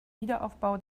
wiederaufbau